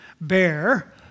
bear